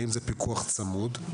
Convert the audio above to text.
האם זה פיקוח צמוד,